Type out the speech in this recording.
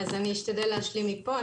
אשתדל להשלים מפה.